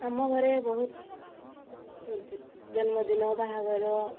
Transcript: ଆମ ଘରେ ବହୁତ ଜନ୍ମଦିନ ବାହାଘର